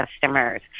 customers